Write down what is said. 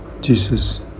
Jesus